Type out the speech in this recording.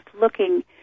looking